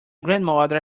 grandmother